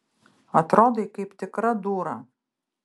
atrodai kaip tikra dūra